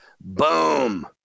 boom